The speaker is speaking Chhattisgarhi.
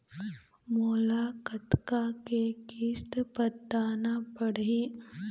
मोला कतका के किस्त पटाना पड़ही?